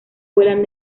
vuelan